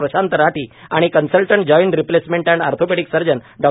प्रशांत राठी आणि consultant joint replacement and orthopaedic surgeon Dr